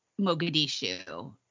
Mogadishu